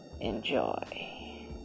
Enjoy